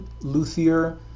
luthier